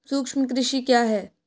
सूक्ष्म कृषि क्या है?